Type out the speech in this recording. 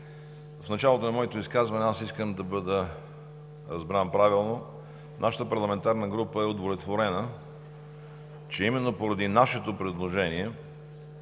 В началото на моето изказване искам да бъда разбран правилно, нашата парламентарна група е удовлетворена, че именно поради нашето предложение